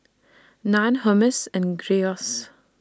Naan Hummus and Gyros